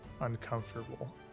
uncomfortable